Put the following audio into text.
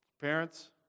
Parents